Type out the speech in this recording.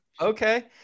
Okay